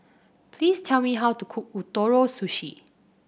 please tell me how to cook Ootoro Sushi